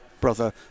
brother